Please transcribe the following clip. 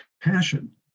passion